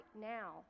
now